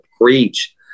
preach